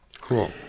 Cool